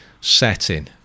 setting